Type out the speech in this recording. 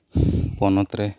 ᱯᱚᱱᱚᱛ ᱨᱮ